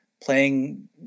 playing